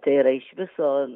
tai yra iš viso